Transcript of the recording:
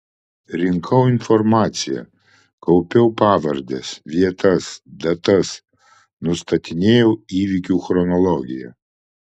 rinkau informaciją kaupiau pavardes vietas datas nustatinėjau įvykių chronologiją